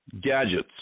gadgets